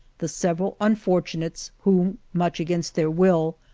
the several unfortunates who, much against their will,